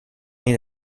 made